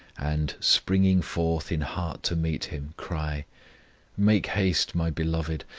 and, springing forth in heart to meet him, cry make haste, my beloved,